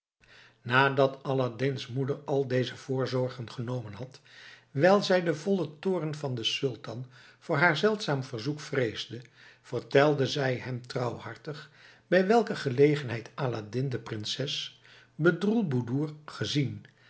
nadat aladdin's moeder al deze voorzorgen genomen had wijl zij den vollen toorn van den sultan voor haar zeldzaam verzoek vreesde vertelde zij hem trouwhartig bij welke gelegenheid aladdin de prinses bedroelboedoer gezien